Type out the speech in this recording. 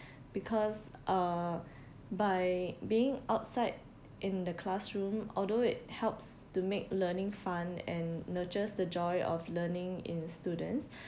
because uh by being outside in the classroom although it helps to make learning fun and nurtures the joy of learning in students